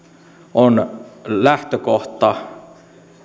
on lähtökohta